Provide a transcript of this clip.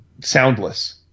soundless